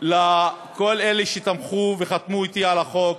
לכל אלה שתמכו וחתמו אתי על החוק: